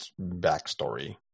backstory